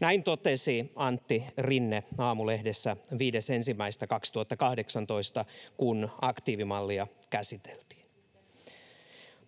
Näin totesi Antti Rinne Aamulehdessä 5.1.2018, kun aktiivimallia käsiteltiin.